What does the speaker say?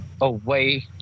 away